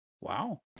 Wow